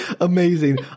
Amazing